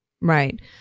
Right